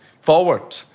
Forward